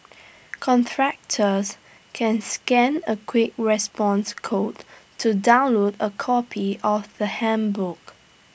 contractors can scan A quick response code to download A copy of the handbook